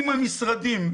עם המשרדים,